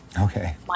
Okay